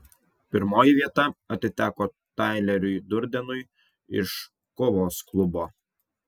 pirmoji vieta atiteko taileriui durdenui iš kovos klubo